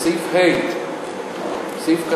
בסעיף (ה).